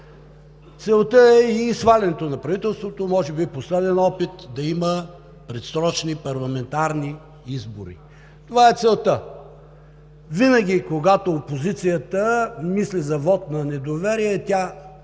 Целта е и свалянето на правителството – може би последен опит да има предсрочни парламентарни избори. Това е целта! Винаги, когато опозицията мисли за вот на недоверие, тя